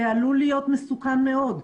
זה עלול להיות מסוכן מאוד,